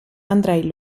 andrej